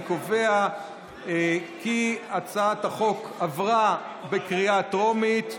אני קובע כי הצעת החוק עברה בקריאה הטרומית,